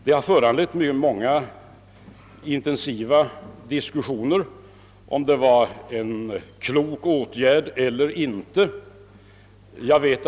Frågan huruvida detta var en klok åtgärd eller inte har föranlett många intensiva diskussioner.